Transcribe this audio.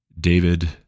David